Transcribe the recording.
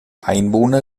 einwohner